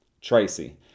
Tracy